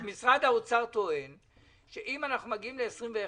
החוק היום אומר שדמי אבטלה ניתנים מגיל 20,